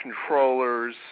controllers